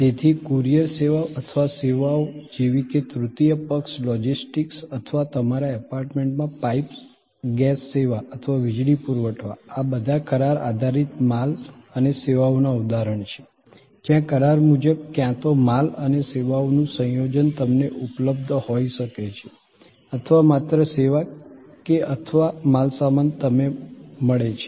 તેથી કુરિયર સેવાઓ અથવા સેવાઓ જેવી કે તૃતીય પક્ષ લોજિસ્ટિક્સ અથવા તમારા એપાર્ટમેન્ટમાં પાઈપ્ડ ગેસ સેવા અને વીજળી પુરવઠા આ બધા કરાર આધારિત માલ અને સેવાઓના ઉદાહરણ છે જ્યાં કરાર મુજબ ક્યાં તો માલ અને સેવાઓનું સંયોજન તમને ઉપલબ્ધ હોઈ શકે છે અથવા માત્ર સેવા કે અથવા માલસામાન તમે મળે છે